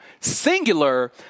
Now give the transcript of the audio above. Singular